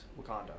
Wakanda